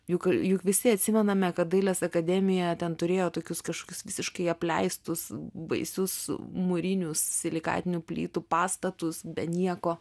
juk juk visi atsimename kad dailės akademija ten turėjo tokius kažkas visiškai apleistus baisius mūrinius silikatinių plytų pastatus be nieko